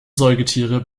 säugetiere